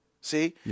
See